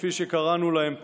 כפי שקראנו להם פעם,